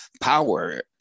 power